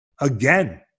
Again